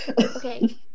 Okay